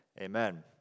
Amen